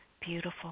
beautiful